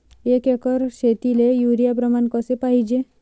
एक एकर शेतीले युरिया प्रमान कसे पाहिजे?